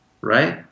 right